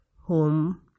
home